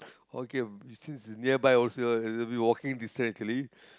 okay since it's nearby also it'll be walking distance actually